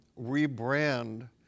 rebrand